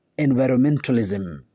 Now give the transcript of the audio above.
environmentalism